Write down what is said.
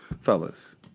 Fellas